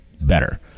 better